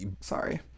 sorry